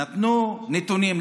נתנו נתונים.